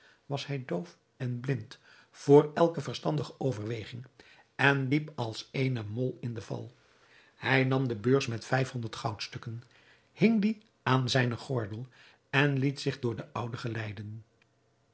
was hij doof en blind voor elke verstandige overweging en liep als eene mol in den val hij nam de beurs met vijf-honderd goudstukken hing die aan zijnen gordel en liet zich door de oude geleiden